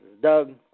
Doug